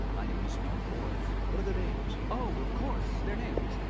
i need to speak to the boys. what are their names? oh, of course, their names,